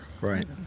Right